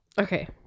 Okay